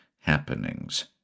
happenings